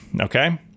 okay